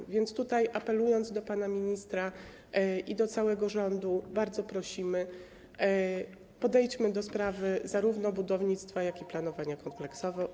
Tak więc apelując do pana ministra i do całego rządu, bardzo prosimy: podejdźmy do sprawy zarówno budownictwa, jak i planowania kompleksowo.